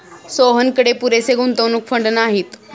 सोहनकडे पुरेसे गुंतवणूक फंड नाहीत